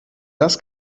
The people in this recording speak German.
das